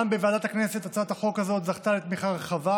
גם בוועדת הכנסת הצעת החוק הזאת זכתה לתמיכה רחבה,